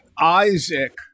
Isaac